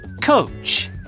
coach